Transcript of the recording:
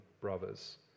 brothers